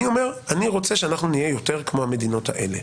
אני אומר שאני רוצה שאנחנו נהיה יותר כמו המדינות האלה.